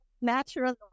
natural